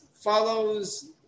follows